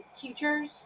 teachers